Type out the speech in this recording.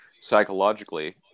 psychologically